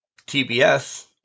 TBS